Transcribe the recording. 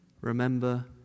remember